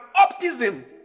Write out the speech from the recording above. optimism